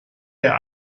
der